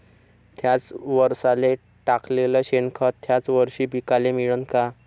थ्याच वरसाले टाकलेलं शेनखत थ्याच वरशी पिकाले मिळन का?